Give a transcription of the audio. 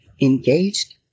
Engaged